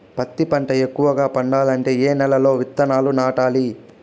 పత్తి పంట ఎక్కువగా పండాలంటే ఏ నెల లో విత్తనాలు నాటాలి?